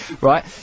right